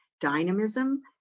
dynamism